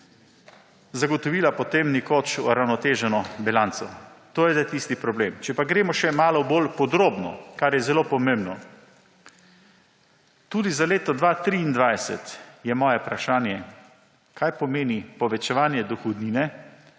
zagotovila potem nekoč uravnoteženo bilanco. To je zdaj tisti problem. Če pa gremo še malo bolj podrobno, kar je zelo pomembno. Tudi za leto 2023 je moje vprašanje, kaj pomeni povečevanje dohodnine